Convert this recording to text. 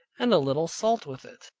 and a little salt with it,